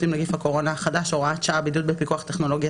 עם נגיף הקורונה החדש (הוראת שעה) (בידוד בפיקוח טכנולוגי),